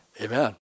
Amen